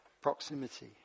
proximity